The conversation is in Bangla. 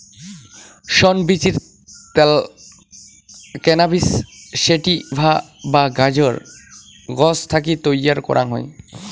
শন বীচির ত্যাল ক্যানাবিস স্যাটিভা বা গাঁজার গছ থাকি তৈয়ার করাং হই